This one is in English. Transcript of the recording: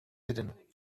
hidden